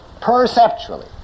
perceptually